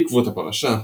בעקבות הפרשה,